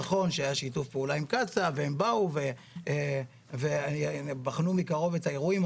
נכון שהיה שיתוף פעולה עם קצא"א והם באו והם בחנו מקרוב את האירועים,